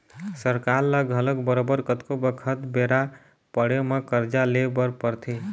सरकार ल घलोक बरोबर कतको बखत बेरा पड़े म करजा ले बर परथे